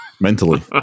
Mentally